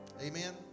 Amen